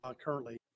currently